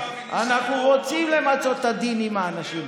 אנחנו רוצים למצות את הדין עם האנשים.